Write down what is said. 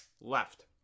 left